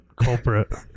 Culprit